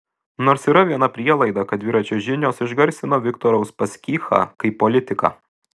nors yra viena prielaida kad dviračio žinios išgarsino viktorą uspaskichą kaip politiką